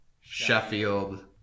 Sheffield